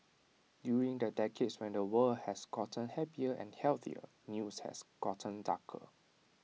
during the decades when the world has gotten happier and healthier news has gotten darker